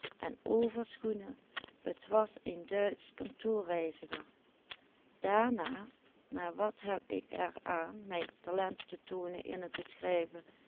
er aan mijn talent te toonen in t